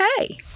okay